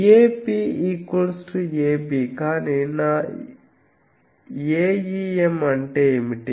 Ap ab కానీ నా Aem అంటే ఏమిటి